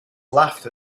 laughed